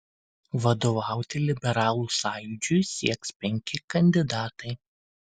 vadovauti liberalų sąjūdžiui sieks penki kandidatai